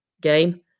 game